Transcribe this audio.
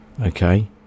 okay